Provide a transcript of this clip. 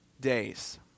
days